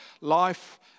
life